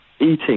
eating